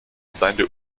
seine